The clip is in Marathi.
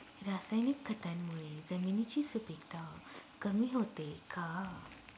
रासायनिक खतांमुळे जमिनीची सुपिकता कमी होते का?